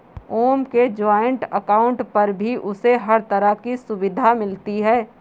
ओम के joint account पर भी उसे हर तरह की सुविधा मिलती है